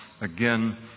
again